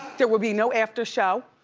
there will be no after show.